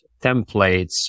templates